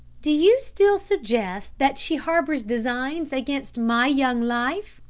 do you still suggest that she harbours designs against my young life?